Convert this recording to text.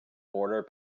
boarder